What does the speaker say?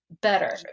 better